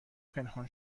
پنهان